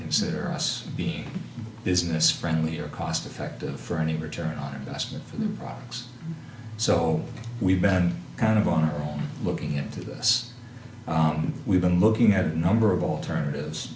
consider us being business friendly or cost effective for any return on investment for their products so we've been kind of honorable looking into this we've been looking at a number of alternatives